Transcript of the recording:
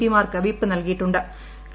P mark whip നൽകിയിട്ടു്